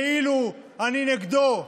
כאילו, אני נגדו,